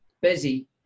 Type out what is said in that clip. busy